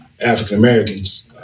African-Americans